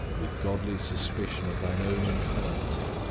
with godly suspicion of thine own infirmity,